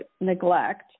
neglect